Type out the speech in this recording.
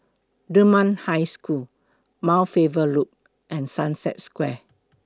Dunman High School Mount Faber Loop and Sunset Square